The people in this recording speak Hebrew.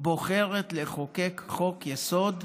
בוחרת לחוקק חוק-יסוד,